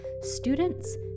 students